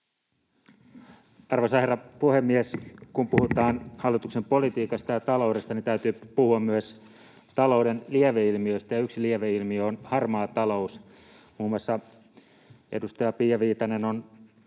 Arvoisa herra puhemies! Kun puhutaan hallituksen politiikasta ja taloudesta, niin täytyy puhua myös talouden lieveilmiöistä, ja yksi lieveilmiö on harmaa talous. Muun muassa edustaja Pia Viitanen on